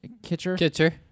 Kitcher